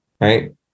right